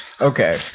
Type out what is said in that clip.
Okay